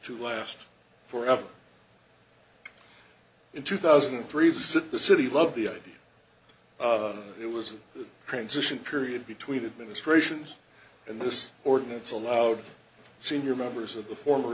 to last forever in two thousand and three said the city loved the idea it was a transition period between administrations and this ordinance allowed senior members of the former